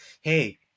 hey